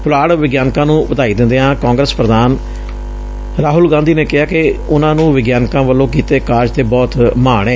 ਪੁਲਾੜ ਵਿਗਿਆਨਕਾਂ ਨੂੰ ਵਧਾਈ ਦਿੰਦਿਆਂ ਕਾਂਗਰਸ ਪ੍ਰਧਾਨ ਰਾਹੁਲ ਗਾਂਧੀ ਨੇਂ ਕਿਹਾ ਕਿ ਉਨ੍ਹਾਂ ਨੂੰ ਵਿਗਿਆਨਕਾ ਵਲੋ ਕੀਡੇ ਕਾਰਜ ਤੇ ਬਹੁਤ ਮਾਣ ਏ